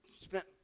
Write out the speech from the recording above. spent